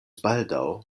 baldaŭ